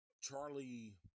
Charlie